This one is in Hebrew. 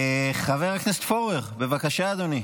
חבר הכנסת פורר, בבקשה, אדוני.